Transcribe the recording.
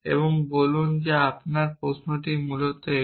এবং বলুন আপনার প্রশ্নটি মূলত এটি